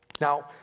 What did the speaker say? Now